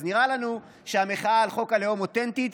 אז נראה לנו שהמחאה על חוק הלאום אותנטית,